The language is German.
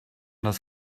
das